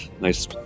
Nice